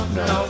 no